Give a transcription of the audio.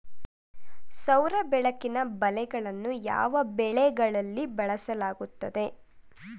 ಸೌರ ಬೆಳಕಿನ ಬಲೆಗಳನ್ನು ಯಾವ ಬೆಳೆಗಳಲ್ಲಿ ಬಳಸಲಾಗುತ್ತದೆ?